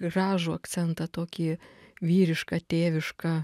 gražų akcentą tokį vyrišką tėvišką